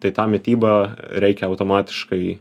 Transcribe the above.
tai tą mitybą reikia automatiškai